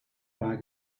bag